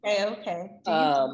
okay